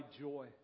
joy